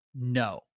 no